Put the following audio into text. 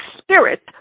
Spirit